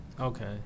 Okay